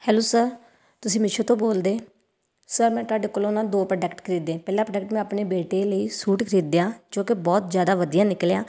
hello sir ਤੁਸੀਂ ਮੀਸ਼ੋ ਤੋਂ ਬੋਲਦੇ ਸਰ ਮੈਂ ਤੁਹਾਡੇ ਕੋਲੋਂ ਨਾ ਦੋ ਪ੍ਰੋਡਕਟ ਖਰੀਦੇ ਪਹਿਲਾ ਪ੍ਰੋਡਕਟ ਮੈਂ ਆਪਣੇ ਬੇਟੇ ਲਈ ਸੂਟ ਖਰੀਦਿਆ ਜੋ ਕਿ ਬਹੁਤ ਜ਼ਿਆਦਾ ਵਧੀਆ ਨਿਕਲਿਆ